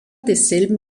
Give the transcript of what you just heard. desselben